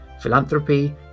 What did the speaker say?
philanthropy